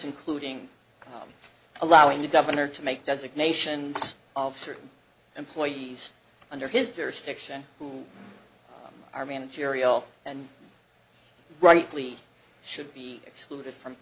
including allowing the governor to make designations of certain employees under his jurisdiction who are managerial and rightly should be excluded from